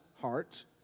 heart